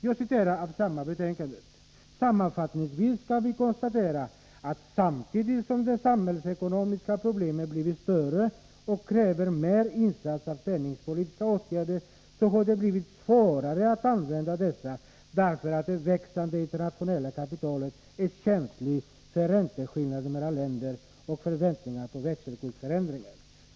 Jag citerar ur samma betänkande: ”Sammanfattningsvis kan vi konstatera att samtidigt som de samhällsekonomiska problemen blivit större och kräver mer insats av penningpolitiska åtgärder så har det blivit svårare att använda dessa därför att det växande internationella kapitalet är känsligt för ränteskillnader mellan länder och förväntningar om växelkursförändringar.